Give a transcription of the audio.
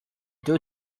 due